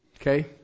Okay